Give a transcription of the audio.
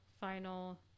final